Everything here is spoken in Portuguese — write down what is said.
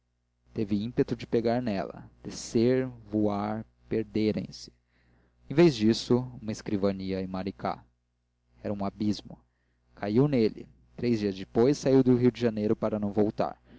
teve ímpeto de pegar dela descer voar perderem se em vez disso uma escrivania e maricá era um abismo caiu nele três dias depois saiu do rio de janeiro para não voltar